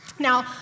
Now